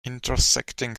intersecting